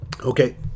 Okay